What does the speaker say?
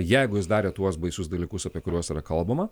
jeigu jis darė tuos baisius dalykus apie kuriuos yra kalbama